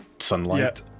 sunlight